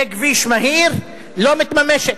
ככביש מהיר, לא מתממשת.